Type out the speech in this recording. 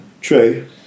True